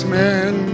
men